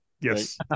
Yes